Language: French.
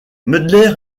mulder